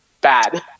Bad